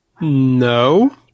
No